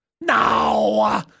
No